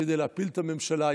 כדי להפיל את הממשלה,